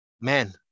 Man